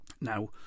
Now